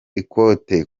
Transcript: ikote